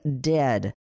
dead